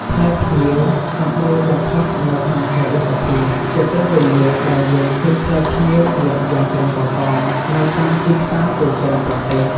ផ្លែផ្ញៀវសម្បូរបំផុតនៅក្នុងខែឧសភា ជាពេលវេលាដែលយើងឃើញផ្លែផ្ញៀវលក់យ៉ាងច្រើនកុះករនៅតាមទីផ្សារទូទាំងប្រទេស។